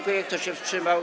Kto się wstrzymał?